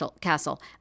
Castle